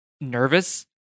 nervous